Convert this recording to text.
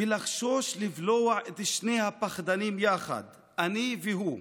ולִחשש לבלוע את שני הפחדנים יחד / אני והוא?